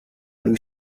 lui